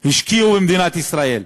השקיעו במדינת ישראל,